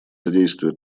содействие